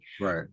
Right